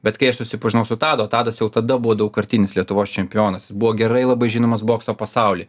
bet kai aš susipažinau su tadu o tadas jau tada buvo daugkartinis lietuvos čempionas buvo gerai labai žinomas bokso pasauly